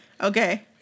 Okay